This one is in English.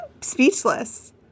speechless